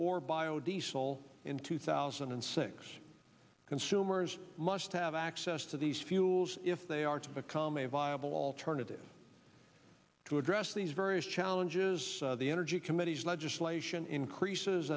or biodiesel in two thousand and six consumers must have access to these fuels if they are to become a viable alternative to address these various challenges the energy committee's legislation increases